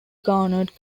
garnered